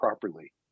properly